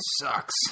sucks